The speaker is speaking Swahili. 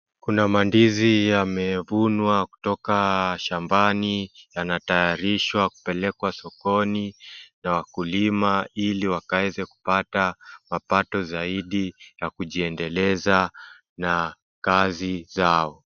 Kuna mandizi yamevunwa kutoka shambani yanatayarishwa kupelekwa sokoni na wakulima ili wakaweze kupata mapato zaidi ya kujiendeleza na kazi zao.